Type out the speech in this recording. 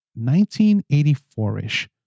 1984-ish